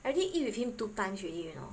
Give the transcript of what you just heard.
I already eat with him two times already you know